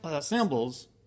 symbols